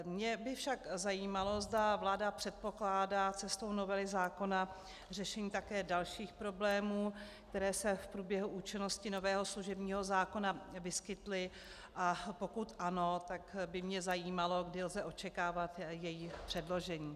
Mě by však zajímalo, zda vláda předpokládá cestou novely zákona řešení také dalších problémů, které se v průběhu účinnosti nového služebního zákona vyskytly, a pokud ano, tak by mě zajímalo, kdy lze očekávat její předložení.